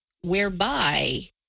whereby